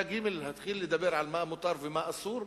להתחיל לדבר על מה מותר ומה אסור,